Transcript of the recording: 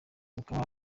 bukaba